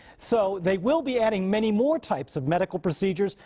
so they will be adding many more types of medical procedures,